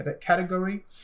category